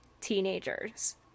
teenagers